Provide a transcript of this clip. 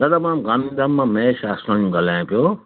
दादा मां गांधीधाम मां महेश आसवाणी ॻाल्हायां पियो